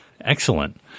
Excellent